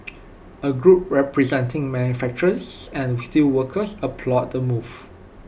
A group representing manufacturers and steelworkers applauded the move